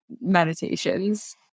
meditations